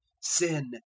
sin